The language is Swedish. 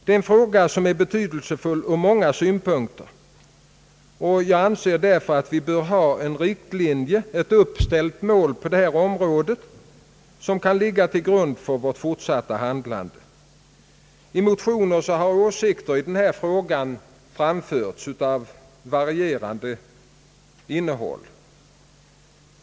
Den frågan är betydelsefull ur många synpunkter, och jag anser därför att vi bör ha en riktlinje, ett uppställt mål, som kan ligga till grund för vårt fortsatta handlande på detta område. I motionerna har åsikter av varierande innehåll framförts.